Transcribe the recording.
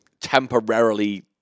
temporarily